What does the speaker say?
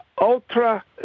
ultra